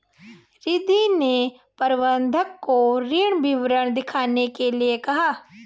रिद्धी ने प्रबंधक को ऋण विवरण दिखाने के लिए कहा